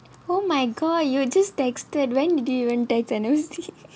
oh my god you just texted when did you even text I didn't even see